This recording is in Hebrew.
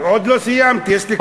עוד לא סיימתי, יש לי כמה דקות.